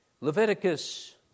Leviticus